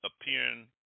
appearing